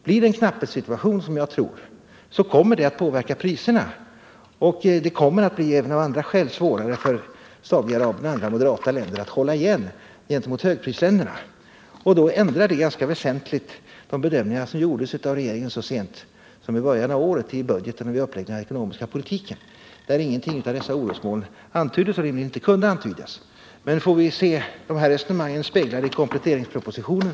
Blir det en knapphetssituation, som jag tror, kommer det att påverka priserna. Det kommer även av andra skäl att bli svårare för Saudi-Arabien och andra moderata länder att hålla igen gentemot högprisländerna. Det ändrar ganska väsentligt de bedömningar som gjorts av regeringen så sent som i början av året i budgeten och vid uppläggningen av den ekonomiska politiken, där dessa orosmoln inte antyddes och rimligen inte kunde antydas. Men får vi se det här resonemanget speglat i kompletteringspropositionen?